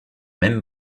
même